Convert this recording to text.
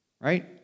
right